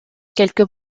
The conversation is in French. quelques